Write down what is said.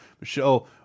Michelle